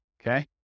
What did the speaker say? okay